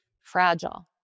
fragile